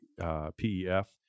PEF